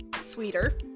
sweeter